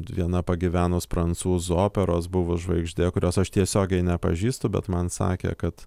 viena pagyvenus prancūzų operos buvus žvaigždė kurios aš tiesiogiai nepažįstu bet man sakė kad